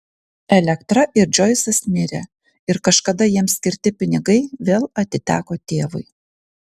elektra ir džoisas mirė ir kažkada jiems skirti pinigai vėl atiteko tėvui